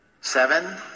Seven